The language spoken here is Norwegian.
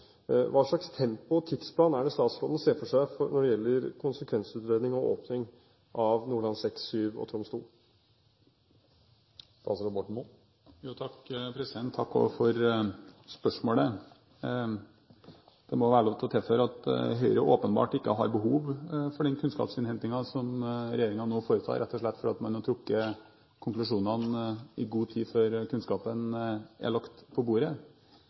hva slags tempo og tidsplan er det statsråden ser for seg når det gjelder konsekvensutredning og åpning av Nordland VI, VII og Troms II? Takk for spørsmålet. Det må være lov til å tilføye at Høyre åpenbart ikke har behov for den kunnskapsinnhentingen som regjeringen nå foretar, rett og slett for at man har trukket konklusjonene i god tid før kunnskapen er lagt på bordet.